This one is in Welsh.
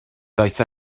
daeth